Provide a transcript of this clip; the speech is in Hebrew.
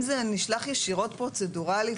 אם זה נשלח ישירות פרוצדורלית